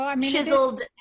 chiseled